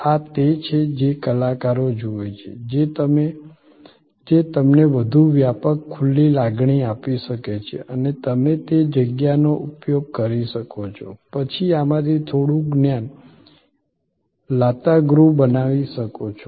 આ તે છે જે કલાકારો જુએ છે જે તમને વધુ વ્યાપક ખુલ્લી લાગણી આપી શકે છે અને તમે તે જગ્યાનો ઉપયોગ કરી શકો છો પછી આમાંથી થોડું જ્ઞાન લાતાગૃહ બનાવી શકો છો